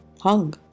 hung